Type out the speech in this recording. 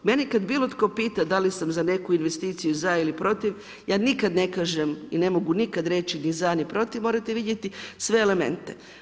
Mene kada bilo tko pita da li sam za neku investiciju za ili protiv, ja nikada ne kažem i ne mogu nikada reći ni za, ni protiv morate vidjeti sve elemente.